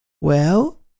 well